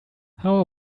how